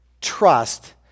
trust